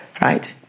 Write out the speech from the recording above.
Right